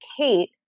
Kate